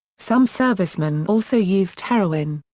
some servicemen also used heroin.